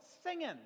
Singing